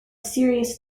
serious